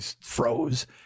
froze